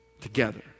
together